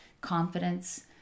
confidence